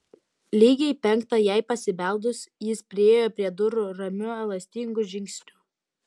lygiai penktą jai pasibeldus jis priėjo prie durų ramiu elastingu žingsniu